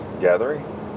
gathering